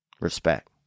Respect